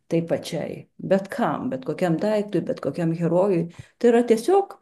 tai pačiai bet kam bet kokiam daiktui bet kokiam herojui tai yra tiesiog